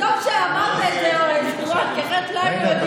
טוב שאמרת את זה, רון, כי אחרת לא היינו יודעים.